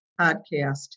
podcast